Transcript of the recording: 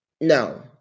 no